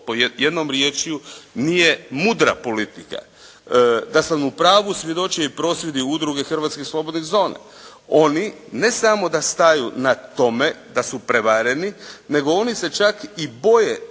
to jednom riječju nije mudra politika. Da sam u pravu svjedoče i prosvjedi Udruge hrvatskih slobodnih zona, oni ne samo da staju na tome da su prevareni nego oni se čak i boje